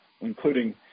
including